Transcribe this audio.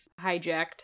hijacked